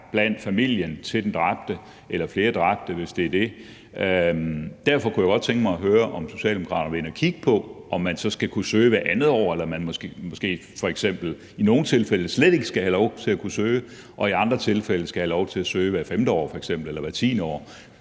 blandt familien til den dræbte eller flere dræbte, hvis det er det. Derfor kunne jeg godt tænke mig at høre, om Socialdemokraterne vil ind og kigge på, om man så skal kunne søge hvert andet år, eller om man måske f.eks. i nogle tilfælde slet ikke skal have lov til at kunne søge og i andre tilfælde skal have lov til at søge f.eks. hvert femte år eller hvert tiende år.